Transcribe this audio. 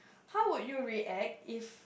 how would you react if